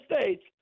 states